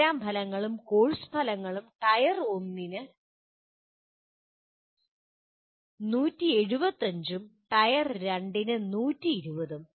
programme ഫലങ്ങളും course ഫലങ്ങളും tier 1 ന് 175 ഉം ടയർ 2 ന് 120 ഉം